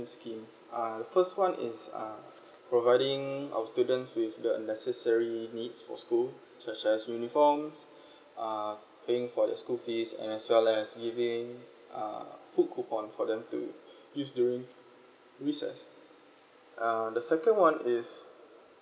schemes uh the first [one] is uh providing our students with the necessary needs for school such as uniforms uh paying for the school fees and as well as giving uh food coupon for them to use during recess uh the second [one] is